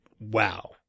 wow